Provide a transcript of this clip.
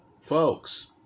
folks